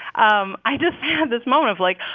um i just had this moment of, like,